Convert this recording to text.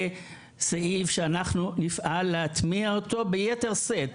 זה סעיף שאנחנו נפעל להטמיע אותו ביתר שאת.